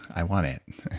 i want it.